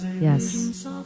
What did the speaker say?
Yes